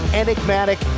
enigmatic